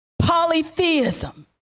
polytheism